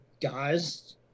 guys